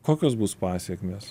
kokios bus pasekmės